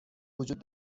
وجود